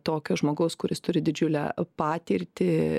tokio žmogaus kuris turi didžiulę patirtį